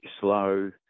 slow